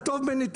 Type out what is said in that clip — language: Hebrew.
אתה טוב בנתונים,